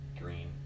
Green